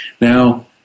Now